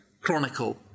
Chronicle